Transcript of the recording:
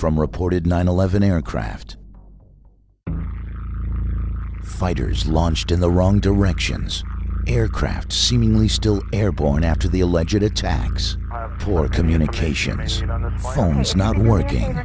from reported nine eleven aircraft fighters launched in the wrong directions aircraft seemingly still airborne after the alleged attacks poor communication is in on her own it's not working